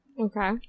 Okay